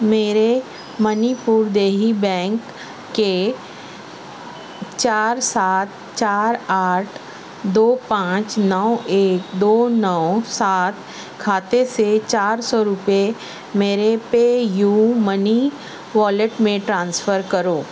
میرے منی پور دیہی بینک کے چار سات چار آٹھ دو پانچ نو ایک دو نو سات کھاتے سے چار سو روپے میرے پے یو منی والیٹ میں ٹرانسفر کرو